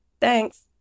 Thanks